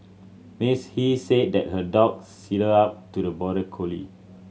Miss He said that her dog sidled up to the border collie